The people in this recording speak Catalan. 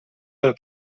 pel